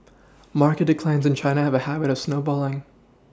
market declines in China have a habit of snowballing